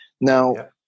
now